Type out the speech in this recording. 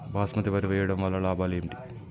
బాస్మతి వరి వేయటం వల్ల లాభాలు ఏమిటి?